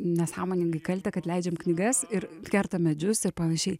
nesąmoningai kaltę kad leidžiam knygas ir kertam medžius ir panašiai